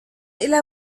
إلى